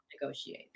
negotiate